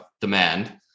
demand